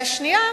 והשנייה,